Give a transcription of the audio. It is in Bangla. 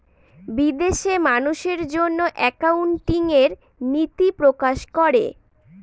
বিদেশে মানুষের জন্য একাউন্টিং এর নীতি প্রকাশ করে